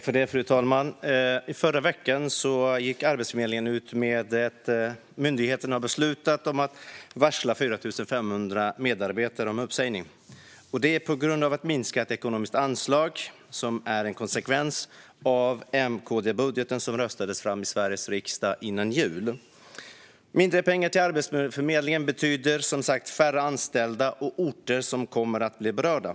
Fru talman! I förra veckan gick Arbetsförmedlingen ut med att myndigheten hade beslutat att varsla 4 500 medarbetare om uppsägning - detta på grund av ett minskat ekonomiskt anslag som är en konsekvens av den M-KD-budget som röstades fram i Sveriges riksdag före jul. Mindre pengar till Arbetsförmedlingen betyder som sagt färre anställda och att vissa orter kommer att bli berörda.